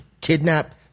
kidnap